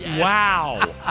Wow